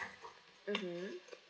mmhmm